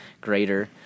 greater